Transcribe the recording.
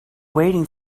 waiting